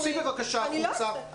תצאי בבקשה החוצה.